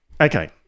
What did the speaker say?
Okay